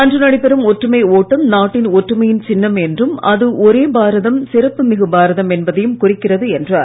அன்று நடைபெறும் ஒற்றுமை ஓட்டம் நாட்டின் ஒற்றுமையின் சின்னம் என்றும் அது ஒரே பாரதம் சிறப்புமிகு பாரதம் என்பதையும் குறிக்கிறது என்றார்